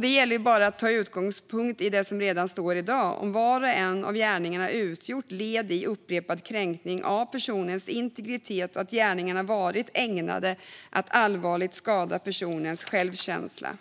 Det gäller bara att ta utgångspunkt i det som redan står i dag: om var och en av gärningarna utgjort led i upprepad kränkning av personens integritet och om gärningarna varit ägnade att allvarligt skada personens självkänsla.